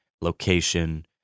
location